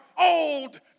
old